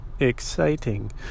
exciting